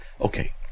Okay